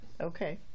Okay